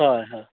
हय हय